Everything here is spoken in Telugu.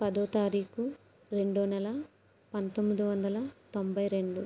పదవ తారీఖు రెండవ నెల పంతొమ్మిది వందల తొంభై రెండు